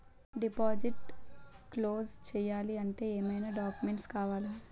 Deposit close చేయాలి అంటే ఏమైనా డాక్యుమెంట్స్ కావాలా?